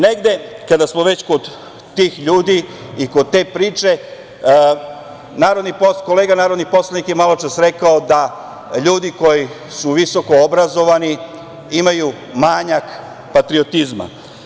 Negde, kada smo već kod tih ljudi i kod te priče, kolega narodni poslanik je malo čas rekao da ljudi koji su visoko obrazovani imaju manjak patriotizma.